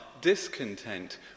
discontent